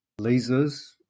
lasers